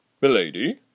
Milady